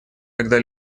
когда